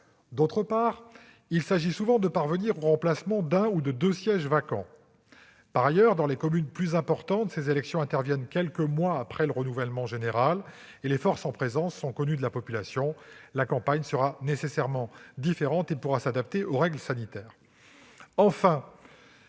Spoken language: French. Ensuite, il s'agit souvent de pourvoir au remplacement d'un ou de deux sièges vacants. De plus, dans les communes plus importantes, ces élections interviennent quelques mois après le renouvellement général et les forces en présence sont connues de la population. La campagne sera donc nécessairement différente et pourra s'adapter aux règles sanitaires.